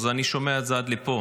אני שומע את זה עד לפה.